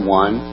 one